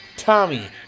Tommy